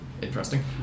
interesting